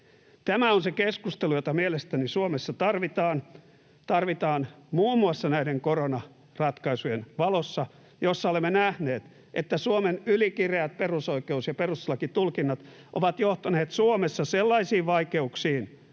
Tämä on se keskustelu, jota mielestäni Suomessa tarvitaan — tarvitaan muun muassa näiden koronaratkaisujen valossa, joista olemme nähneet, että Suomen ylikireät perusoikeus- ja perustuslakitulkinnat ovat johtaneet Suomessa sellaisiin vaikeuksiin